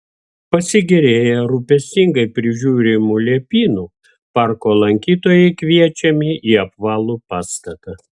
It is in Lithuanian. pasigėrėję rūpestingai prižiūrimu liepynu parko lankytojai kviečiami į apvalų pastatą